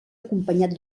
acompanyat